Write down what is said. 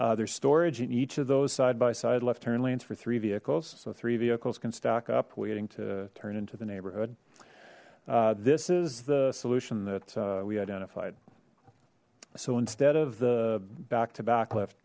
there's storage in each of those side by side left turn lanes for three vehicles so three vehicles can stack up waiting to turn into the neighborhood this is the solution that we identified so instead of the back to back left